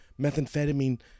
methamphetamine